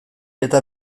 eta